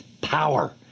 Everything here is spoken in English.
power